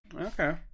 Okay